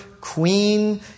queen